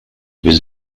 was